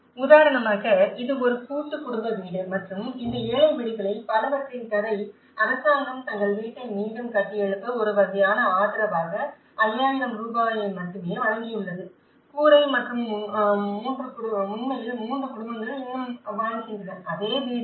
உதாரணமாக இது ஒரு கூட்டு குடும்ப வீடு மற்றும் இந்த ஏழை வீடுகளில் பலவற்றின் கதை அரசாங்கம் தங்கள் வீட்டை மீண்டும் கட்டியெழுப்ப ஒரு வகையான ஆதரவாக 5000 ரூபாயை மட்டுமே வழங்கியுள்ளது கூரை மற்றும் உண்மை 3 குடும்பங்கள் இன்னும் வாழ்கின்றன அதே வீடு